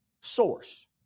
source